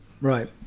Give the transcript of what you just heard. Right